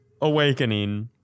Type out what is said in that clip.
awakening